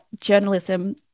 journalism